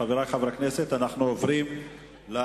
חברי חברי הכנסת, אנחנו עוברים להצבעה.